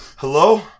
Hello